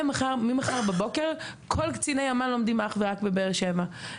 ממחר בבוקר כל קציני אמ"ן לומדים אך ורק בבאר שבע.